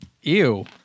Ew